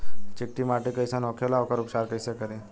चिकटि माटी कई सन होखे ला वोकर उपचार कई से करी?